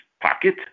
pocket